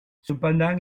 cependant